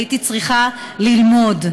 הייתי צריכה ללמוד,